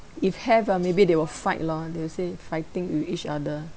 if have ah maybe they will fight lah they will say fighting with each other